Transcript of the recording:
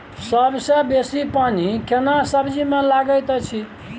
सबसे बेसी पानी केना सब्जी मे लागैत अछि?